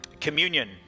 Communion